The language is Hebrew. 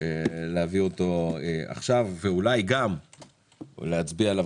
להביא אותו עכשיו ואולי גם להצביע עליו